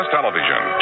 Television